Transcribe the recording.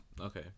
okay